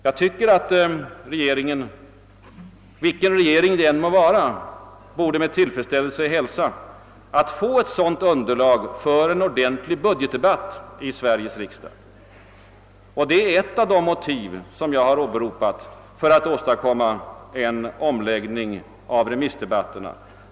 Jag tycker att vilken regering det än må vara borde med tillfredsställelse hälsa att få ett sådant underlag för en ordentlig budgetdebatt i Sveriges riksdag. Det är eft av de motiv som jag åberopat för att få en omläggning av remissdebatten.